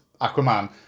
Aquaman